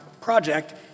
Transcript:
Project